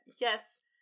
yes